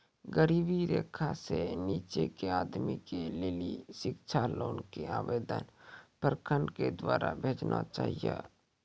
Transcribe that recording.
गरीबी रेखा से नीचे के आदमी के लेली शिक्षा लोन के आवेदन प्रखंड के द्वारा भेजना चाहियौ?